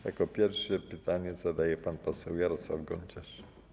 Jako pierwszy pytanie zadaje pan poseł Jarosław Gonciarz.